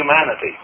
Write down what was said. humanity